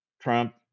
Trump